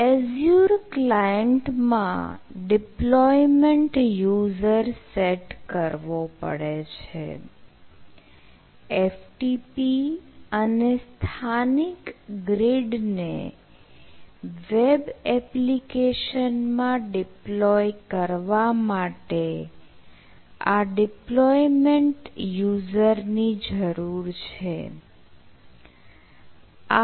Azure client માં deployment user set કરવો પડે છે FTP અને સ્થાનિક grid ને વેબ એપ્લિકેશન માં ડિપ્લોય કરવા માટે આ ડિપ્લોયમેન્ટ યુઝર ની જરૂર છે